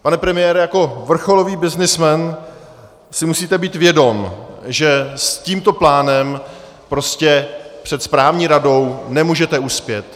Pane premiére, jako vrcholový byznysmen si musíte být vědom, že s tímto plánem prostě před správní radou nemůžete uspět.